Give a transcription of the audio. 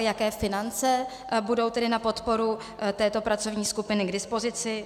Jaké finance budou tedy na podporu této pracovní skupiny k dispozici?